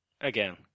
Again